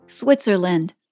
Switzerland